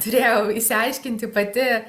turėjau išsiaiškinti pati